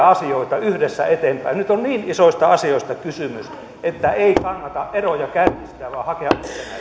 asioita yhdessä eteenpäin nyt on niin isoista asioista kysymys että ei kannata eroja kärjistää vaan hakea